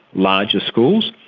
larger schools,